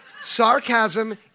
Sarcasm